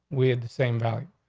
we have the same value.